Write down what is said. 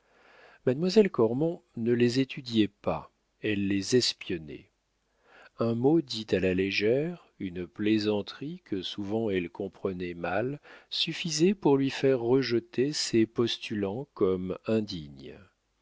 mademoiselle cormon ne les étudiait pas elle les espionnait un mot dit à la légère une plaisanterie que souvent elle comprenait mal suffisait pour lui faire rejeter ces postulants comme indignes